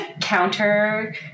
counter